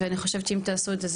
ואני חושבת שאם תעשו את זה,